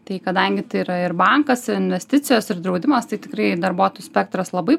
tai kadangi tai yra ir bankas ir investicijos ir draudimas tai tikrai darbuotojų spektras labai